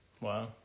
Wow